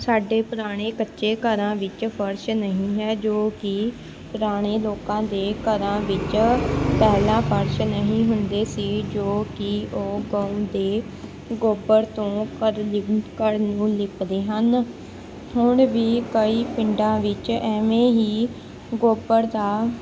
ਸਾਡੇ ਪੁਰਾਣੇ ਕੱਚੇ ਘਰਾਂ ਵਿੱਚ ਫਰਸ਼ ਨਹੀਂ ਹੈ ਜੋ ਕਿ ਪੁਰਾਣੇ ਲੋਕਾਂ ਦੇ ਘਰਾਂ ਵਿੱਚ ਪਹਿਲਾ ਫਰਸ਼ ਨਹੀਂ ਹੁੰਦੇ ਸੀ ਜੋ ਕਿ ਉਹ ਗਊ ਦੇ ਗੋਬਰ ਤੋਂ ਘਰ ਲਿ ਘਰ ਨੂੰ ਲਿੱਪਦੇ ਹਨ ਹੁਣ ਵੀ ਕਈ ਪਿੰਡਾਂ ਵਿੱਚ ਐਵੇਂ ਹੀ ਗੋਬਰ ਦਾ